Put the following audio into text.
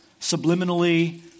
subliminally